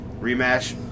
Rematch